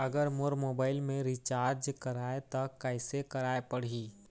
अगर मोर मोबाइल मे रिचार्ज कराए त कैसे कराए पड़ही?